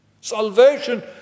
Salvation